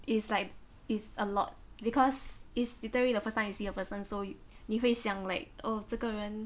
is like is a lot because is literally the first time you see a person so you 你会想 like oh 这个人